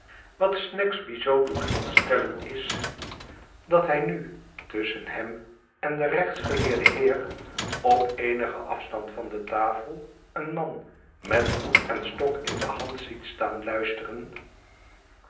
wat snagsby zoo doet ontstellen is dat hij nu tusschen hem en den rechtsgeleerden heer op eenigen afstand van de tafel een man met hoed en stok in de hand ziet staan luisteren